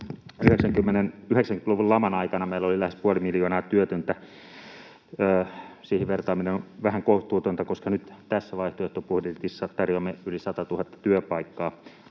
90-luvun laman aikana meillä oli lähes puoli miljoonaa työtöntä. Siihen vertaaminen on vähän kohtuutonta, koska nyt tässä vaihtoehtobudjetissa tarjoamme yli 100 000 työpaikkaa.